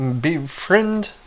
befriend